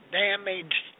damaged